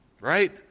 Right